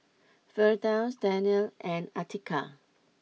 Firdaus Daniel and Atiqah